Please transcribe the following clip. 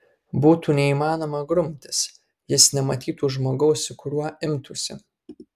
būtų neįmanoma grumtis jis nematytų žmogaus su kuriuo imtųsi